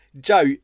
Joe